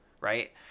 Right